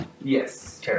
Yes